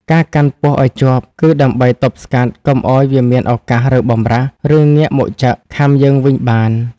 ការកាន់ពស់ឱ្យជាប់ គឺដើម្បីទប់ស្កាត់កុំឱ្យវាមានឱកាសរើបម្រះ ឬងាកមកចឹក ខាំយើងវិញបាន។